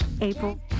April